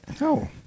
No